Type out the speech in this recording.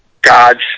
God's